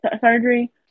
surgery